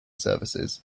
services